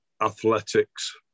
athletics